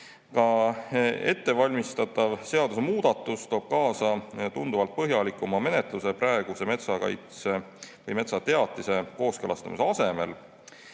Ka ettevalmistatav seadusemuudatus toob kaasa tunduvalt põhjalikuma menetluse praeguse metsakaitse või metsateatise kooskõlastamise asemel.